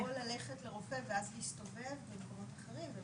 או ללכת לרופא ואז להסתובב במקומות אחרים.